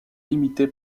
limitée